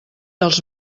dels